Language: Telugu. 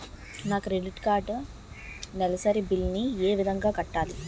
నా క్రెడిట్ కార్డ్ నెలసరి బిల్ ని ఏ విధంగా కట్టాలి?